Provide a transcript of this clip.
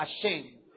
ashamed